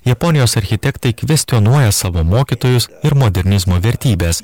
japonijos architektai kvestionuoja savo mokytojus ir modernizmo vertybes